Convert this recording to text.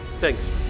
Thanks